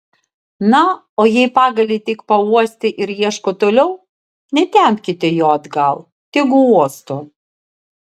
na o jei pagalį tik pauostė ir ieško toliau netempkite jo atgal tegu uosto